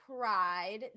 pride